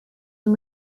and